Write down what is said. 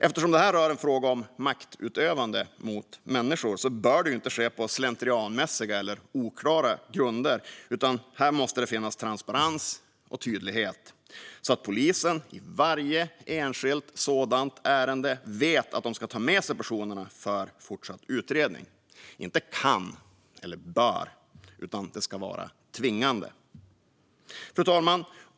Eftersom det här rör en fråga om maktutövande mot människor bör det inte ske på slentrianmässiga eller oklara grunder, utan här måste det finnas transparens och tydlighet så att polisen i varje enskilt sådant ärende vet att de ska ta med personerna för fortsatt utredning - inte kan eller bör. Det ska vara tvingande. Fru talman!